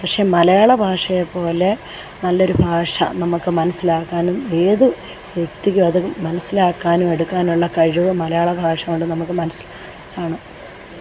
പക്ഷേ മലയാള ഭാഷയെ പോലെ നല്ലൊരു ഭാഷ നമുക്ക് മനസ്സിലാക്കാനും ഏത് വ്യക്തിക്ക് അത് മനസ്സിലാക്കാനും എടുക്കാനുള്ള കഴിവ് മലയാള ഭാഷ കൊണ്ട് നമുക്ക് മനസ്സി ലാണ്